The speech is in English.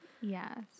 yes